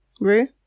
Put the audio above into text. Rue